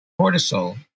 cortisol